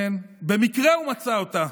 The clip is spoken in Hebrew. במקרה הוא מצא אותה.